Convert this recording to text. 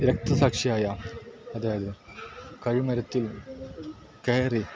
രക്തസാക്ഷിയായ അതായത് കഴുമരത്തിൽ കയറി